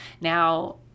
Now